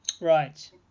Right